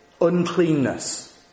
Uncleanness